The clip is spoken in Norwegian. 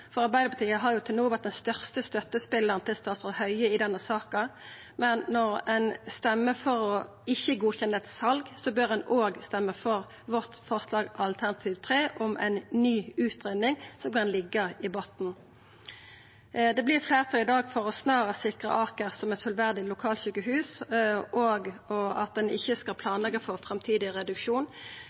for Arbeidarpartiet har jo til no vore den største støttespelaren for statsråd Høie i denne saka. Men når ein stemmer for ikkje å godkjenna eit sal, bør ein òg stemma for vårt forslag nr. 3, om ei ny utgreiing som kan liggja i botnen. Det vert fleirtal i dag for snarast å sikra Aker som eit fullverdig lokalsjukehus, og at ein ikkje skal planleggja for framtidig reduksjon.